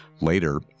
Later